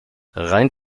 rein